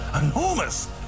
Enormous